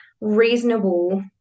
reasonable